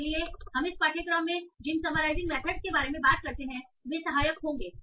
इसीलिए हम इस पाठ्यक्रम में जिन समराइजिंग मेथडस के बारे में बात करते हैं वे सहायक होंगे